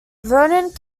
vernon